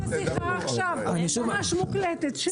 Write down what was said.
אני אעביר לך את השיחה עכשיו, ממש מוקלטת.